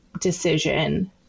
decision